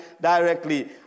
directly